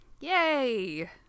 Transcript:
Yay